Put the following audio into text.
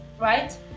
right